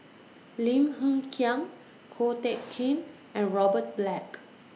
Lim Hng Kiang Ko Teck Kin and Robert Black